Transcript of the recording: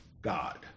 God